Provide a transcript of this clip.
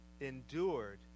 endured